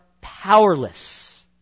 powerless